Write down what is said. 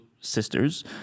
sisters